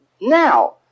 Now